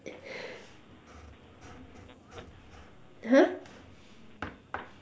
!huh!